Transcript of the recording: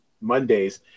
Mondays